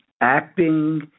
acting